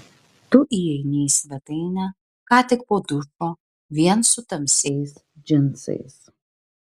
tu įeini į svetainę ką tik po dušo vien su tamsiais džinsais